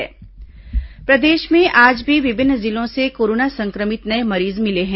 corona मरीज प्रदेश में आज भी विभिन्न जिलों से कोरोना संक्रमित नये मरीज मिले हैं